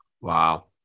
Wow